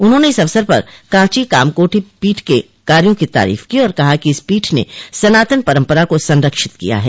उन्होंने इस अवसर पर कांची कामकोटि पीठ के कार्यो की तरीफ की और कहा कि इस पीठ ने सनातन परम्परा को संरक्षित किया है